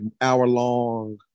hour-long